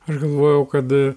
aš galvojau kad